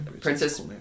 Princess